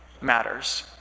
matters